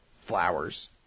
flowers